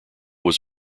was